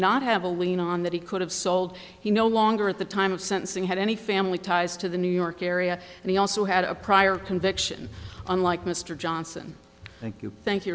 not have a lien on that he could have sold he no longer at the time of sentencing had any family ties to the new york area and he also had a prior conviction unlike mr johnson thank you thank you